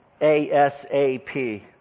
ASAP